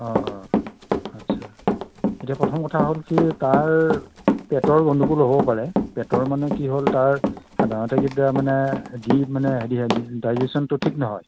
অ' অ' আচ্ছা এতিয়া প্ৰথম কথা হ'ল কি তাৰ পেটৰ গণ্ডগোল হ'ব পাৰে পেটৰ মানে কি হ'ল তাৰ সাধাৰণতে কি মানে ডাইজেচ্যনটো ঠিক নহয়